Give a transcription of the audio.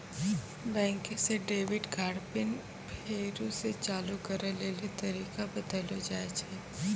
बैंके से debit card pin फेरु से चालू करै लेली तरीका बतैलो जाय छै